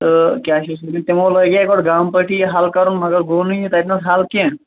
تہٕ کیاہ چھِ اتھ ونان تِمو لاگے گۄڈٕ گامہٕ پٲٹھی یہِ حل کَرُن مگر گوٚو نہٕ یہِ تتہِ نَس حل کینہہ